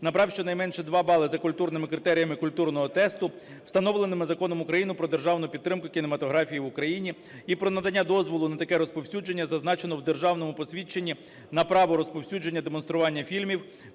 набрав щонайменше 2 бали за культурними критеріями культурного тесту, встановленими Законом України "Про державну підтримку кінематографії в Україні" і про надання дозволу на таке розповсюдження, зазначеного в державному посвідченні на право розповсюдження і демонстрування фільмів